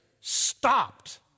Stopped